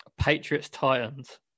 Patriots-Titans